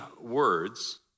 words